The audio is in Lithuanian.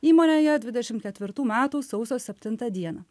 įmonėje dvidešimt ketvirtų metų sausio septintą dieną